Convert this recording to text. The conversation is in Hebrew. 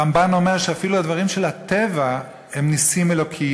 הרמב"ן אומר שאפילו הדברים של הטבע הם נסים אלוקיים.